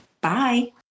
bye